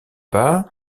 pas